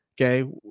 okay